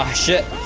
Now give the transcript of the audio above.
um ship